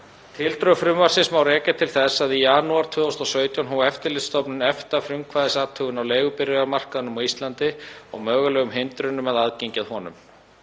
Tildrög frumvarpsins má rekja til þess að í janúar 2017 hóf Eftirlitsstofnun EFTA frumkvæðisathugun á leigubifreiðamarkaðinum á Íslandi og mögulegum hindrunum að aðgengi að honum.